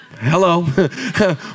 Hello